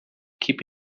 keep